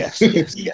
yes